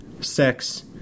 sex